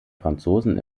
franzosen